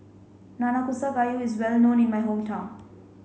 Nanakusa Gayu is well known in my hometown